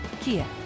Kia